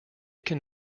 can